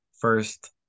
First